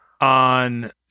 on